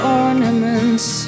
ornaments